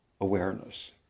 awareness